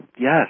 Yes